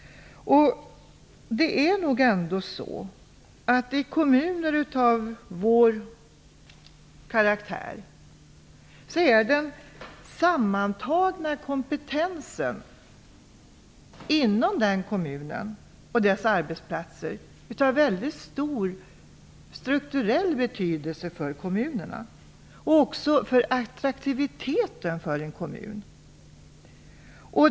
För kommuner av våra kommuners karaktär är den sammantagna kompetensen inom kommunerna och dess arbetsplatser av mycket stor strukturell betydelse. Den betyder också mycket för attraktiviteten för en kommun.